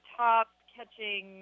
top-catching